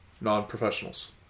non-professionals